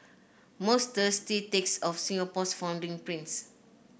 most thirsty takes of Singapore's founding prince